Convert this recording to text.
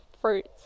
fruits